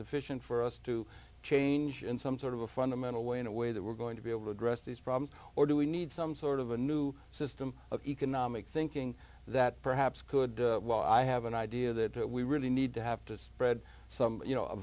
sufficient for us to change in some sort of a fundamental way in a way that we're going to be able to address these problems or do we need some sort of a new system of economic thinking that perhaps could i have an idea that we really need to have to spread some you know a